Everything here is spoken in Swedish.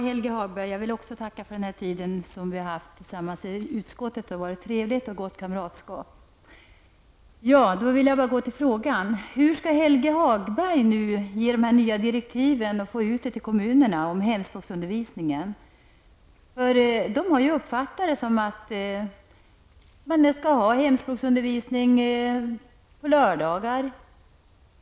Herr talman! Jag vill också tacka för den tid vi har haft tillsammans i utskottet, Helge Hagberg. Det har varit trevligt och ett gott kamratskap. Så till frågan: Hur skall Helge Hagberg nu få ut de nya direktiven om hemspråksundervisningen till kommunerna? De har ju uppfattat det så att man nu skall ha hemspråksundervisning på lördagar.